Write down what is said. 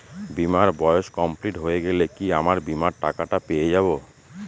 বীমার বয়স কমপ্লিট হয়ে গেলে কি আমার বীমার টাকা টা পেয়ে যাবো?